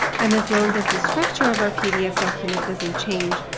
and as long as the structure of our pdf document doesn't change,